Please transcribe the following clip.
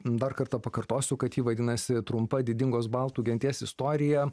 dar kartą pakartosiu kad ji vadinasi trumpa didingos baltų genties istorija